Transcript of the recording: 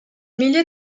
milliers